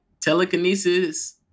telekinesis